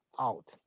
out